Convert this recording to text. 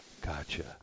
Gotcha